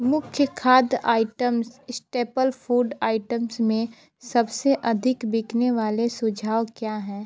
मुख्य खाद्य items staple food items में सबसे अधिक बिकने वाले सुझाव क्या हैं